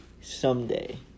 someday